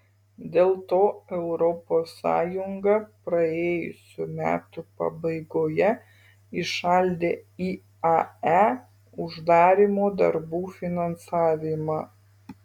dėl to europos sąjunga praėjusių metų pabaigoje įšaldė iae uždarymo darbų finansavimą